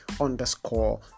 underscore